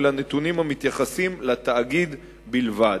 אלא נתונים המתייחסים לתאגיד בלבד.